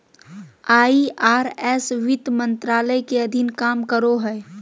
IRS वित्त मंत्रालय के अधीन काम करो हय